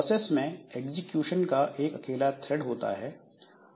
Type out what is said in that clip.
process में execution का एक अकेला थ्रेड होता है